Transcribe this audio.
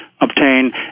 obtain